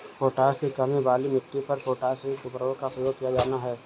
potash की कमी वाली मिट्टी पर पोटाशयुक्त उर्वरकों का प्रयोग किया जाना है